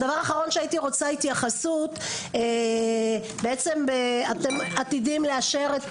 דבר אחרון שהייתי רוצה התייחסות - בעצם אתם עתידים לאשר את